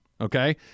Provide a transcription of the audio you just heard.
Okay